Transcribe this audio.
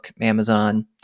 Amazon